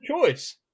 Choice